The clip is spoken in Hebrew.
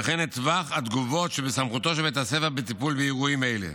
וכן את טווח התגובות שבסמכותו של בית הספר בטיפול באירועים אלה.